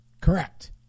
Correct